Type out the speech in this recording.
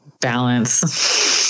balance